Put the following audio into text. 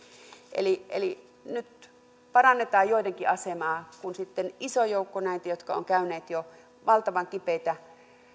eli eli nyt parannetaan joidenkin asemaa kun sitten on iso joukko näitä jotka ovat käyneet jo valtavan kipeitä